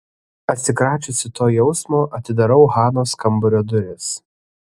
atsikračiusi to jausmo atidarau hanos kambario duris